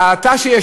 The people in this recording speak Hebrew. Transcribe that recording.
ההאטה שיש,